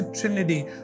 Trinity